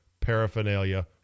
paraphernalia